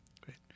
Great